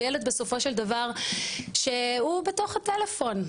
וילד בסופו של דבר הוא בתוך הפלאפון.